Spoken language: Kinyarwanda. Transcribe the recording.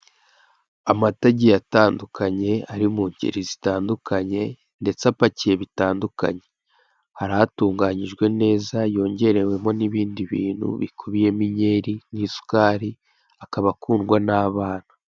Amata agiye atandukanye ari mu ngeri zitandukanyendetse apakiye bitandukanye , hari atunganyijwe neza yongerewemo n'ibindi bintu bikubiyemo inkeri n'isukari akaba akundwa n'abana.